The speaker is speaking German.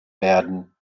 werden